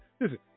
listen